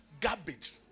garbage